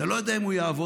אתה לא יודע אם הוא יעבוד.